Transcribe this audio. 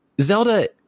Zelda